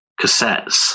cassettes